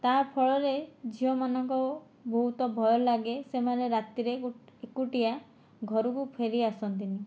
ତା' ଫଳରେ ଝିଅମାନଙ୍କ ବହୁତ ଭୟ ଲାଗେ ସେମାନେ ରାତିରେ ଏକୁଟିଆ ଘରକୁ ଫେରିଆସନ୍ତି ନାହିଁ